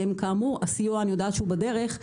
אני יודעת שהסיוע בדרך,